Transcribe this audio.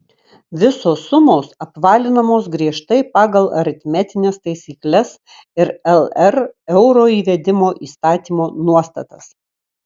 visos sumos apvalinamos griežtai pagal aritmetines taisykles ir lr euro įvedimo įstatymo nuostatas